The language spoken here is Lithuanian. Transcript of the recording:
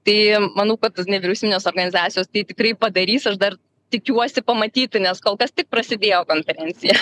tai manau kad tos nevyriausybinės organizacijos tai tikrai padarys aš dar tikiuosi pamatyti nes kol kas tik prasidėjo konferencija